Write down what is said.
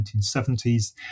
1970s